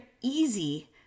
easy